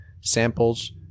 samples